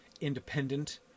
independent